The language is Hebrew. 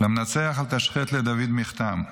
"למנצח אל תשחת לדוד מכתם.